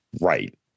Right